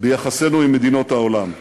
ביחסינו עם מדינות העולם.